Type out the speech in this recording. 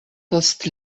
post